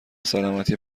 سلامتی